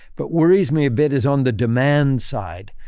but worries me a bit is on the demand side.